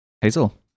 Hazel